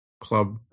club